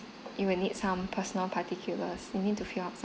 it will need some personal particulars you need to fill up